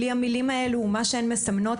בלי המילים האלו ומה שהן מסמלות,